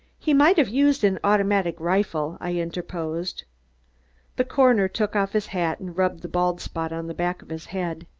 he might have used an automatic rifle, i interposed. the coroner took off his hat and rubbed the bald spot on the back of his head.